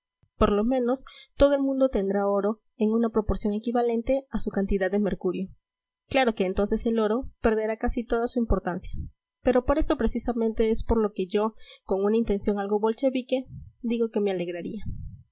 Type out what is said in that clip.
por lo menos todo el mundo tendrá oro en una proporción equivalente a su cantidad de mercurio claro que entonces el oro perderá casi toda su importancia pero por eso precisamente es por lo que yo con una intención algo bolchevique digo que me alegraría